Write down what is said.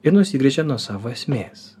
ir nusigręžė nuo savo esmės